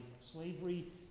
slavery